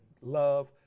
Love